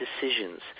decisions